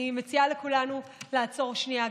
אני מציעה לכולנו לעצור שנייה,